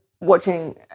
watching